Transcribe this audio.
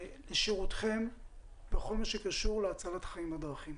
לשירותכם בכל מה שקשור להצלת חיים בדרכים.